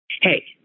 Hey